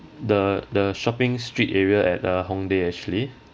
the the shopping street area at uh hongdae actually